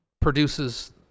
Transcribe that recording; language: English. produces